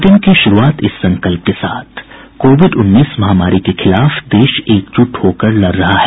bulletin की शुरूआत इस संकल्प के साथ कोविड उन्नीस महामारी के खिलाफ देश एकजुट होकर लड़ रहा है